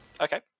Okay